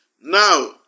Now